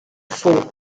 fort